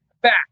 back